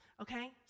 okay